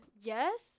Yes